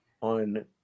on